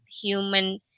human